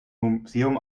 museum